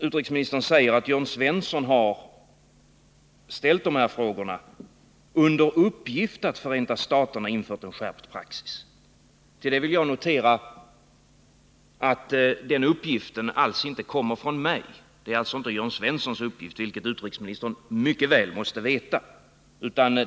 Utrikesministern säger att Jörn Svensson har ställt dessa frågor ”under uppgift att Förenta staterna infört en skärpt praxis”. Om det vill jag notera att den uppgiften alls inte kommer från mig. Det är alltså inte Jörn Svenssons uppgift, vilket utrikesministern mycket väl måste veta.